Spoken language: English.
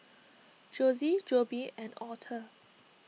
Jossie Jobe and Author